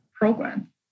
program